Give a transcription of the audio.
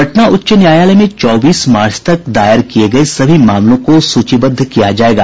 पटना उच्च न्यायालय में चौबीस मार्च तक दायर किये गये सभी मामलों को सूचीबद्ध किया जायेगा